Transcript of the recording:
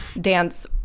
dance